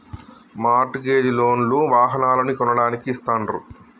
mart gauge loan లు వాహనాలను కొనడానికి ఇస్తాండ్రు